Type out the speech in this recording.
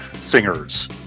singers